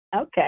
okay